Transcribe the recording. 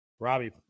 Robbie